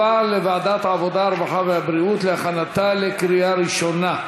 מדובר בכביש אגרה.